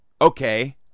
okay